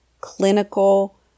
clinical